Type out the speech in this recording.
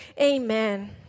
Amen